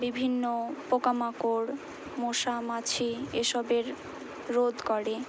বিভিন্ন পোকামাকড় মশা মাছি এসবের রোধ করে